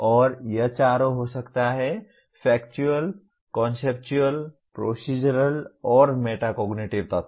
और यह चारों हो सकता है फैक्चुअल कॉन्सेप्चुअल प्रोसीज़रल और मेटाकोग्निटिव तत्व